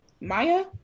Maya